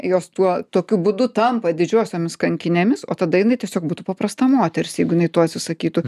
jos tuo tokiu būdu tampa didžiosiomis kankinėmis o tada jinai tiesiog būtų paprasta moteris jeigu jinai to atsisakytų